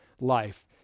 life